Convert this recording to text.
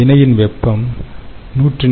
வினையின் வெப்பம் 149